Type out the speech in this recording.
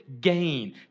gain